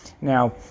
Now